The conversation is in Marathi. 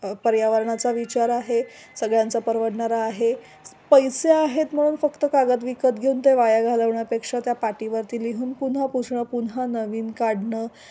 पर्यावरणाचा विचार आहे सगळ्यांचा परवडणारा आहे स पैसे आहेत म्हणून फक्त कागद विकत घेऊन ते वाया घालवण्यापेक्षा त्या पाटीवरती लिहून पुन्हा पुसणं पुन्हा नवीन काढणं